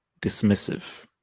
dismissive